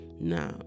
Now